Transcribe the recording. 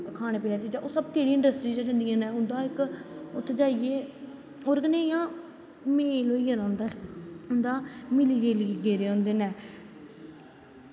खानें पीनें आह्लियां चीजां ओह् केह्ड़ी इंडस्ट्री चा जंदियां न उं'दा इक उत्थै जाइयै होर कन्नै इ'यां मेल होई जाना उं'दा मिली जुली गेदे होंदे न